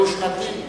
דו-שנתי.